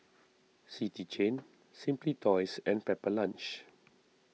City Chain Simply Toys and Pepper Lunch